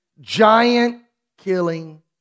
giant-killing